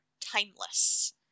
timeless